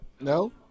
No